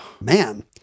man